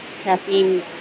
caffeine